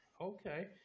Okay